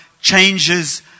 changes